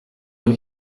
rue